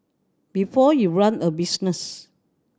before you run a business